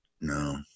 No